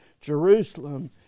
Jerusalem